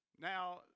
Now